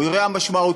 הוא אירוע משמעותי,